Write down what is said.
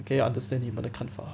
可以 understand 你们的看法